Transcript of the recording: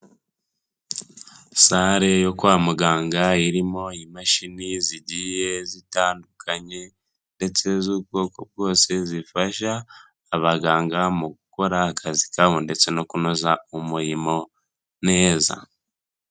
Sale yo kwa muganga irimo imashini zigiye zitandukanye ndetse z'ubwoko bwose, zifasha abaganga mu gukora akazi kabo ndetse no kunoza umurimo neza.